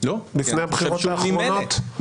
לפני הבחירות האחרונות?